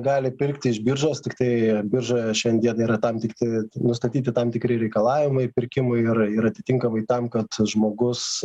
gali pirkti iš biržos tiktai biržoje šiandien yra tam tikri nustatyti tam tikri reikalavimai pirkimui ir ir atitinkamai tam kad žmogus